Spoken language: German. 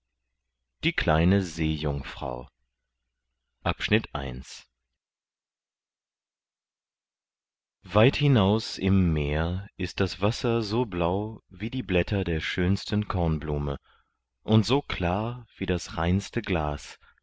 die kleine seejungfrau weit hinaus im meer ist das wasser so blau wie die blätter der schönsten kornblume und so klar wie das reinste glas